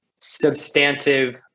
substantive